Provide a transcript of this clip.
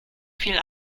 viel